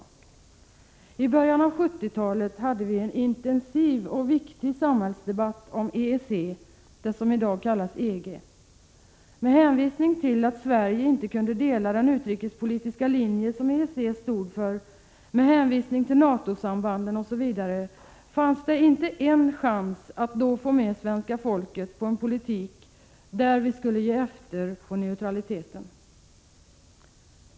I början av 1970-talet hade vi en intensiv och viktig samhällsdebatt om EEC, det som i dag kallas EG. Med hänvisning till att Sverige inte kunde dela den utrikespolitiska linje som EEC stod för, med hänvisning till NATO sambanden osv., fanns det inte en chans att då få med svenska folket på en politik som skulle ge efter i fråga om neutraliteten.